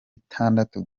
itandatu